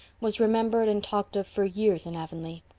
was remembered and talked of for years in avonlea.